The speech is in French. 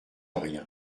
rien